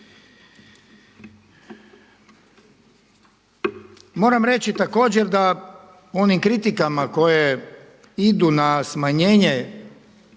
Moram reći također da onim kritikama koje idu na smanjenje